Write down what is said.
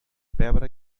pebre